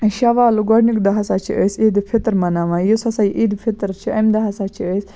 شَوالُک گۄڈٕنیُک دۄہ ہسا چھِ أسۍ عیٖدِ فِطر مناوان یُس ہسا یہِ عیٖدِ فِطر چھِ اَمہِ دۄہ ہسا چھِ أسۍ